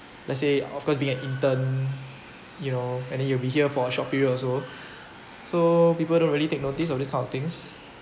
let's say of course being an intern you know and then you will be here for a short period also so people don't really take notice of this kind of things